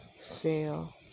fail